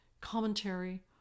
commentary